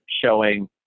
showing